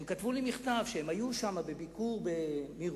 הם כתבו לי מכתב שהם היו בביקור במירון,